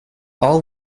all